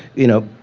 you know,